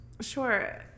Sure